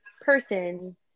person